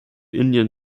indian